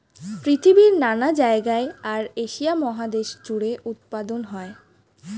পৃথিবীর নানা জায়গায় আর এশিয়া মহাদেশ জুড়ে উৎপাদন হয়